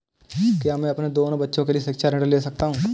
क्या मैं अपने दोनों बच्चों के लिए शिक्षा ऋण ले सकता हूँ?